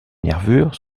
nervures